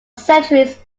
centuries